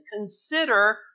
Consider